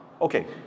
Okay